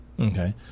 Okay